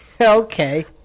okay